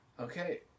okay